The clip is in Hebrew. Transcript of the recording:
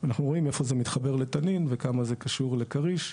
אנחנו רואים איפה זה מתחבר לתנין וכמה זה קשור לכריש.